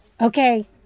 Okay